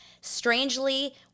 strangely